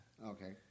Okay